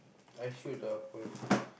I should of course